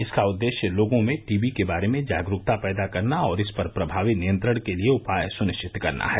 इसका उद्देश्य लोगों में टीबी के बारे में जागरूकता पैदा करना और इस पर प्रभावी नियंत्रण के लिए उपाय सुनिश्चित करना है